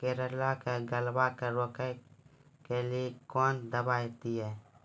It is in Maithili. करेला के गलवा के रोकने के लिए ली कौन दवा दिया?